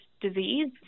disease